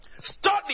study